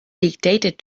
dictated